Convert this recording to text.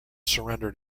surrendered